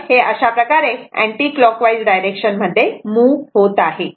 तर हे अशाप्रकारे अँटी क्लॉकवाईज डायरेक्शन मध्ये मूव्ह होत आहे